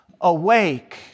awake